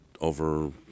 over